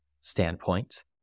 standpoint